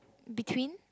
between